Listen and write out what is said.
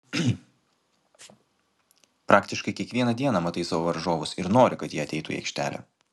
praktiškai kiekvieną dieną matai savo varžovus ir nori kad jie ateitų į aikštelę